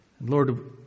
Lord